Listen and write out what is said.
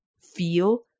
feel